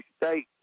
State